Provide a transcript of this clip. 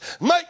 Make